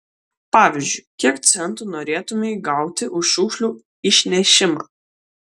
pavyzdžiui kiek centų norėtumei gauti už šiukšlių išnešimą